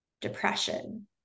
depression